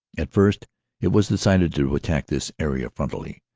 at first it was decided to attack this area frontally.